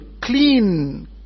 clean